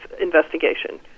investigation